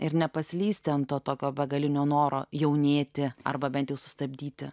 ir nepaslysti ant to tokio begalinio noro jaunėti arba bent jau sustabdyti